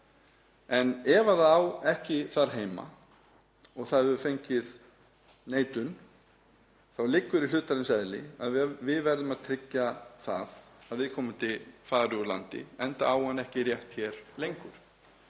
en ef það á ekki heima þar og hefur fengið neitun, þá liggur í hlutarins eðli að við verðum að tryggja að það fari úr landi, enda á það ekki rétt hér lengur.